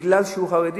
בגלל שהוא חרדי.